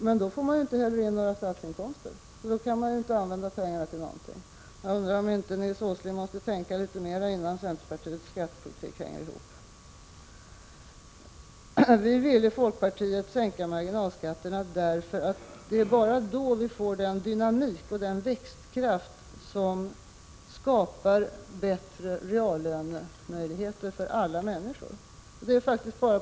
Men då får man inte heller in några statsinkomster. Då kan man inte använda pengarna till någonting. Jag undrar om inte Nils G. Åsling måste tänka litet mera för att få centerpartiets skattepolitik att gå ihop. Vi från folkpartiet vill sänka marginalskatterna därför att det faktiskt bara är på det viset som man kan få den dynamik och den växtkraft som skapar möjligheter för bättre reallöner för alla människor.